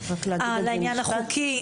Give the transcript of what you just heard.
לעניין החוקי?